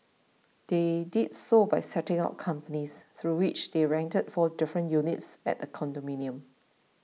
they did so by setting up companies through which they rented four different units at the condominium